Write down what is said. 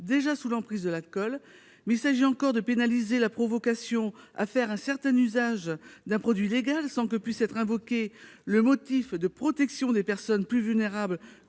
déjà sous l'emprise de l'alcool. Là encore, il s'agit de pénaliser la provocation à faire un certain usage d'un produit légal sans que puisse être invoqué le motif de protection des personnes plus vulnérables